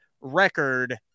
record